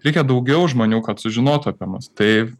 reikia daugiau žmonių kad sužinotų apie mus tai